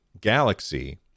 Galaxy